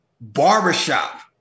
Barbershop